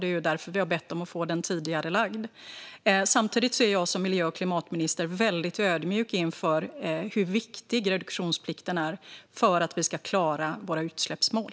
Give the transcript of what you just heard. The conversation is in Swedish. Det är därför vi har bett om att få den tidigarelagd. Samtidigt är jag som miljö och klimatminister väldigt ödmjuk inför hur viktig reduktionsplikten är för att vi ska klara våra utsläppsmål.